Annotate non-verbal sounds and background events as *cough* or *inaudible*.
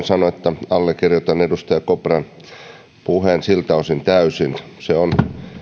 *unintelligible* sanoa että allekirjoitan edustaja kopran puheen siltä osin täysin se on